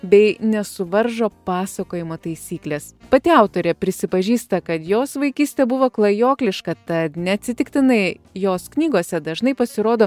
bei nesuvaržo pasakojimo taisyklės pati autorė prisipažįsta kad jos vaikystė buvo klajokliška tad neatsitiktinai jos knygose dažnai pasirodo